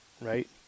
right